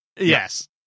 Yes